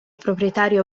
proprietario